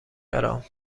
برام